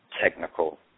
technical